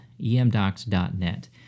emdocs.net